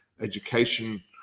education